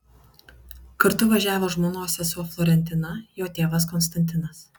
kartu važiavo žmonos sesuo florentina jo tėvas konstantinas